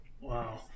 Wow